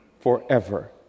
Forever